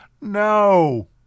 No